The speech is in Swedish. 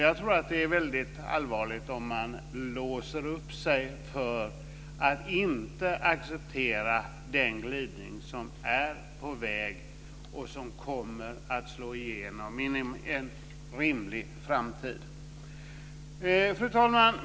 Jag tror att det är väldigt allvarligt om man låser upp sig för att inte acceptera den glidning som är på väg och som kommer att slå igenom inom en rimlig framtid. Fru talman!